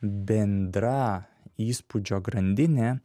bendra įspūdžio grandinė